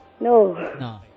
No